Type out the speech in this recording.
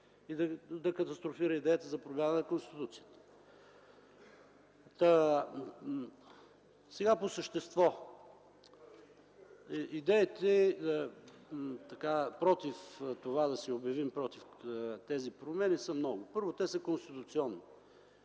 и да катастрофира идеята за промяна на Конституцията. Сега по същество. Идеите да се обявим против тези промени са много. Първо, те са конституционни.